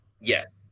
Yes